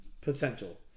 Potential